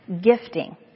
Gifting